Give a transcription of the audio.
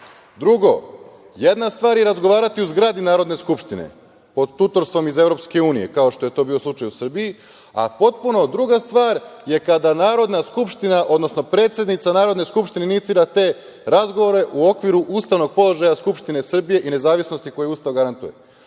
lista. Drugo, jedna stvar je razgovarati u zgradi Narodne skupštine pod tutorstvom iz EU, kao što je to bio slučaj u Srbiji, a potpuno druga stvar je kada Narodna skupština, odnosno predsednica Narodne skupštine inicira te razgovore u okviru ustavnog položaja Skupštine Srbije i nezavisnosti koje Ustav garantuje.